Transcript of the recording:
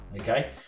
Okay